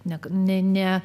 net ne ne